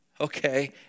Okay